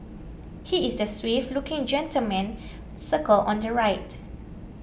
he is the suave looking gentleman circled on the right